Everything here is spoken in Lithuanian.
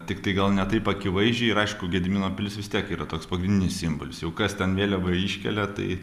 tiktai gal ne taip akivaizdžiai ir aišku gedimino pilis vis tiek yra toks pagrindinis simbolis jau kas ten vėliavą iškelia tai